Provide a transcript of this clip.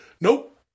Nope